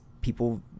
people